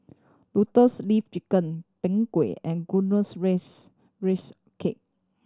Lotus Leaf Chicken Png Kueh and glutinous raise raise cake